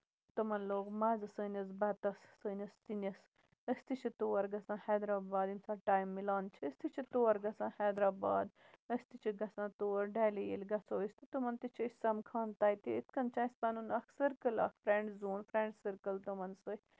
تِمَن لوٚگ مَزٕ سٲنِس بَتَس سٲنِس سِنِس أسۍ تہِ چھِ تور گژھان حیدراباد ییٚمہِ ساتہٕ ٹایم مِلان چھُ أسۍ تہِ چھِ تور گژھان حیدراباد أسۍ تہِ چھِ گژھان تور ڈہلی ییٚلہِ گژھو أسۍ تہٕ تِمَن تہِ چھِ أسۍ سَمکھان تَتہِ یِتھ کٔنۍ چھُ اَسہِ پَنُن اکھ سٔرکٔل اکھ فرینڈ زون فرینڈ سٔرکٔل تِمَن سۭتۍ